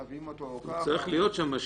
הוא צריך להיות שמה,